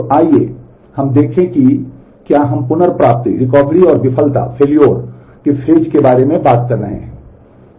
तो आइए हम देखें कि क्या हम पुनर्प्राप्ति के बारे में बात कर रहे हैं